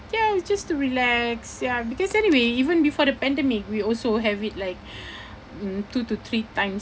ya it's just to relax ya because anyway even before the pandemic we also have it like mm two to three times